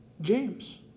james